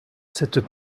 cette